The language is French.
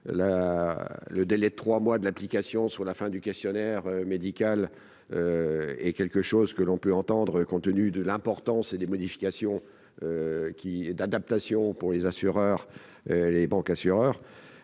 le délai de 3 mois de l'application sur la fin du questionnaire médical est quelque chose que l'on peut entendre compte tenu de l'importance et les modifications qui d'adaptation pour les assureurs, les bancassureurs,